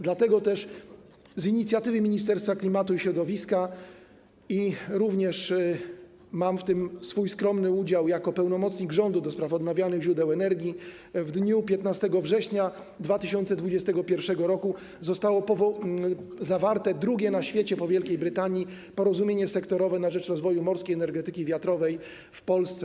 Dlatego też z inicjatywy Ministerstwa Klimatu i Środowiska - mam również w tym swój skromny udział jako pełnomocnik rządu do spraw odnawialnych źródeł energii - 15 września 2021 r. zostało zawarte drugie na świecie po Wielkiej Brytanii porozumienie sektorowe na rzecz rozwoju morskiej energetyki wiatrowej w Polsce.